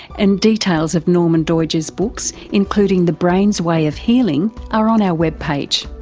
and details of norman doidge's books, including the brain's way of healing, are on our webpage.